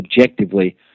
objectively